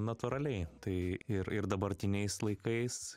natūraliai tai ir ir dabartiniais laikais